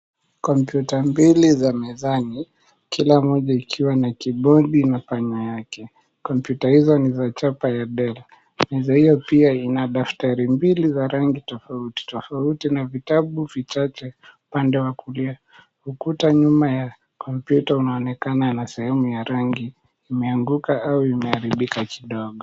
Kompyuta mbili za mezani, kila moja ikiwa na keyboard na panya yake. Kompyuta hizo ni za chapa ya "Dell". Meza hiyo pia ina daftari mbili za rangi tofauti tofauti na vitabu vichache upande wa kulia. Ukuta nyuma ya kompyuta unaonekana na sehemu ya rangi imeanguka au imeharibika kidogo.